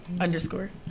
Underscore